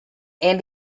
and